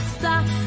stop